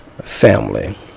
Family